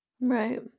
right